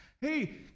Hey